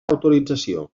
autorització